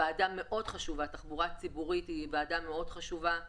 תחבורה ציבורית היא ועדה מאוד חשובה.